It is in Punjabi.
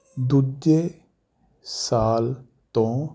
ਦੂਜੇ ਸਾਲ ਤੋਂ